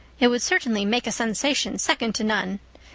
it would certainly make a sensation second to none,